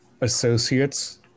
associates